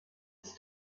des